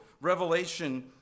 Revelation